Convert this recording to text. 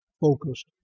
focused